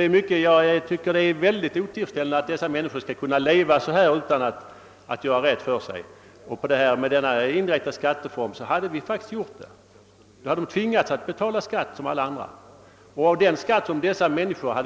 Det är mycket otillfredsställande att dessa människor skall kunna leva som de gör nu utan att betala skatt. Med ett system med indirekt skatt skulle vi som sagt ha kunnat komma åt dem; då hade de varit tvungna att betala skatt som alla andra. Och genom de skatteintäkter